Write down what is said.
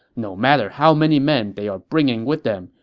no matter how many men they are bringing with them,